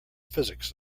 physics